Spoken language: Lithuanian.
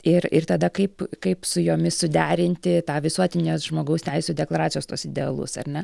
ir ir tada kaip kaip su jomis suderinti tą visuotinės žmogaus teisių deklaracijos tuos idealus ar ne